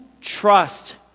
trust